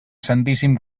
santíssim